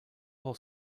whole